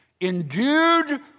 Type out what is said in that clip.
endued